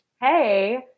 hey